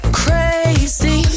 crazy